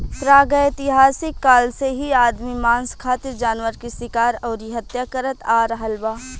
प्रागैतिहासिक काल से ही आदमी मांस खातिर जानवर के शिकार अउरी हत्या करत आ रहल बा